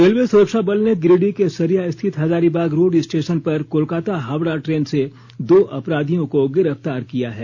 railway सुरक्षा बल ने गिरिडीह के सरिया स्थित हजारीबाग रोड स्टेशन पर कोलकाता हावड़ा ट्रेन से दो अपराधियों को गिरफ्तार किया है